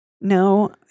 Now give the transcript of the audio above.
No